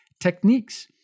techniques